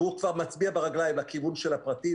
והוא כבר מצביע ברגליים בכיוון של הפרטי.